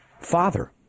Father